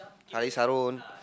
Haliff-Sarron